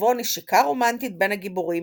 ובו נשיקה רומנטית בין הגיבורים,